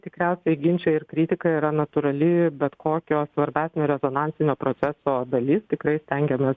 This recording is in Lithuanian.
tikriausiai ginčai ir kritika yra natūrali bet kokio svarbesnio rezonansinio proceso dalis tikrai stengiamės